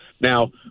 Now